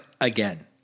again